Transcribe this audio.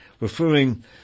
Referring